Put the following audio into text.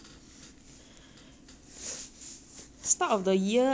start of the year I was think sixty three K_G